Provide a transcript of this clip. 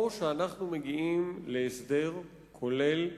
או שאנחנו מגיעים להסדר כולל,